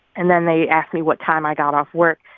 and then they asked me what time i got off work.